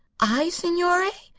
i, signore?